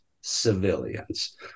civilians